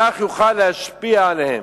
וכך יוכל להשפיע עליהם.